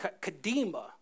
kadima